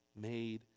made